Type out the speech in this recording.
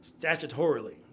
statutorily